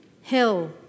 Hill